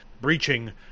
Breaching